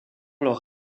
leur